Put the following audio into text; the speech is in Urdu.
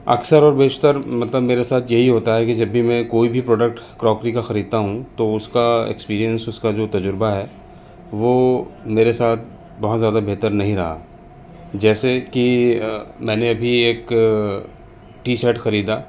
اکثر اور بیشتر مطلب میرے ساتھ یہی ہوتا ہے کہ جب بھی میں کوئی بھی پروڈکٹ کروکری کا خریدتا ہوں تو اس کا ایکسپیرئنس اس کا جو تجربہ ہے وہ میرے ساتھ بہت زیادہ بہتر نہیں رہا جیسے کی میں نے ابھی ایک ٹی سیٹ خریدا